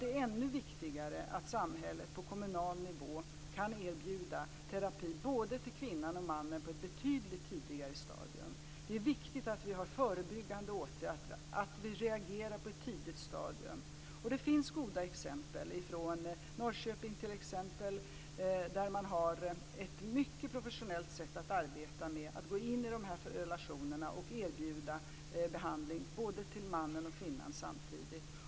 Det är ännu viktigare att samhället på kommunal nivå kan erbjuda terapi både till kvinnan och mannen på ett betydligt tidigare stadium. Det är viktigt med förebyggande åtgärder, att vi reagerar på ett tidigt stadium. Det finns goda exempel från t.ex. Norrköping, där man har ett mycket professionellt sätt att arbeta. Man går in i relationerna och erbjuder behandling till mannen och kvinnan samtidigt.